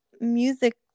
music